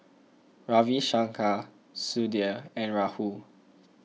Ravi Shankar Sudhir and Rahul